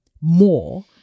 more